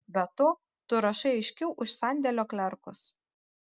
be to tu rašai aiškiau už sandėlio klerkus